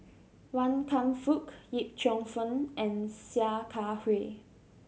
Wan Kam Fook Yip Cheong Fun and Sia Kah Hui